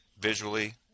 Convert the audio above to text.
visually